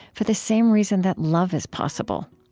for the same reason that love is possible.